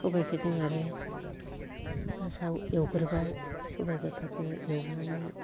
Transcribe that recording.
सबाइखो जों आरो फार्स्टआव एवग्रोबाय सबाइ गथाखो एवनानै